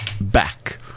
back